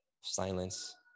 silence